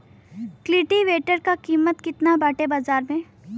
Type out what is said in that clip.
कल्टी वेटर क कीमत केतना बाटे बाजार में?